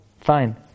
Fine